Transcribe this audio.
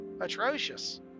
atrocious